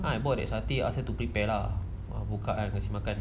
then I bought that satay ask her to prepare lah I buka kasi makan